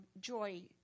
Joy